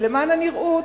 למען הנראות,